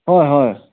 হয় হয়